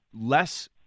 Less